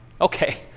Okay